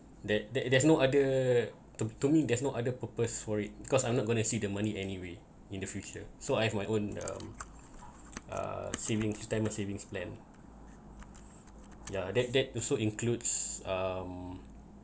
that that there's no other to to me there's no other purpose worried because I'm not going to see the money anyway in the future so I have my own um uh savings time timer savings plan yeah that that also includes um